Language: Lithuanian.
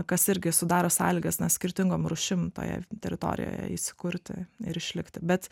kas irgi sudaro sąlygas na skirtingom rūšim toje teritorijoje įsikurti ir išlikti bet